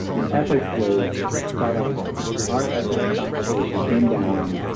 and ethics was spot-on brilliant, our ethics consultation came down,